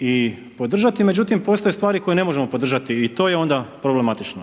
i podržati, međutim postoje stvari koje ne možemo podržati i to je onda problematično.